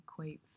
equates